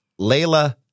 Layla